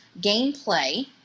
Gameplay